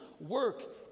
work